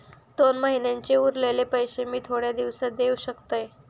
दोन महिन्यांचे उरलेले पैशे मी थोड्या दिवसा देव शकतय?